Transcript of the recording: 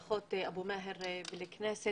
ברכות לכנסת.